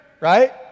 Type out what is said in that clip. Right